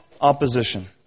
opposition